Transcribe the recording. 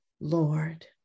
Lord